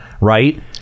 right